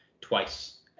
twice